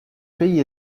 pays